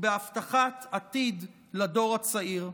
ובהבטחת עתיד לדור הצעיר.